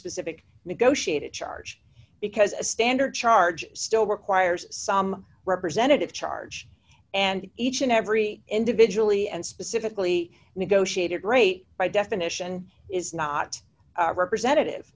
specific negotiated charge because a standard charge still requires some representative charge and each and every individual e and specifically negotiated rate by definition is not representative